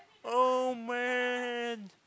oh man